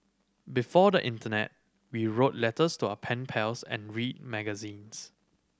before the internet we wrote letters to our pen pals and read magazines